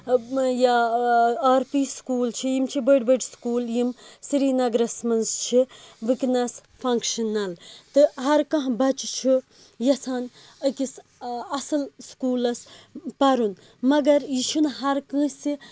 یا R P school چھُ یِم چھِ بٔڈۍ بٔڈۍ سکوٗل یِم سریٖنَگَرَس منٛز چھِ ؤنکیٚنَس فَنگشنَل تہٕ ہَر کانٛہہ بَچہِ چھُ یِژھان أکِس اَصٕل سکوٗلَس پَرُن مَگَر یہِ چھُنہٕ ہَر کٲنٛسہِ